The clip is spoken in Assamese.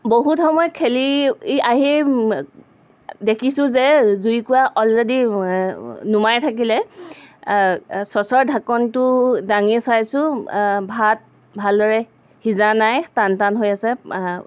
বহুত সময় খেলি আহি দেখিছোঁ যে জুইকুৰা অলৰেডি নুমাই থাকিলে চচৰ ঢাকোনটো দাঙি চাইছোঁ ভাত ভালদৰে সিজা নাই টান টান হৈ আছে